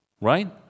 Right